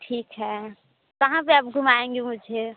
ठीक है कहाँ पर आप घुमाएँगी मुझे